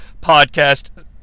podcast